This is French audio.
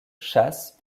chasse